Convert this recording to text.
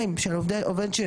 75% ניכוי,